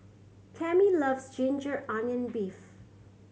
Cami loves ginger onion beef